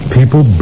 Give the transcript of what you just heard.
People